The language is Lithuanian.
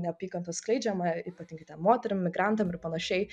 neapykantos skleidžiama ypatingai ten moterim migrantam ir panašiai